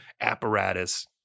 apparatus